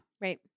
Right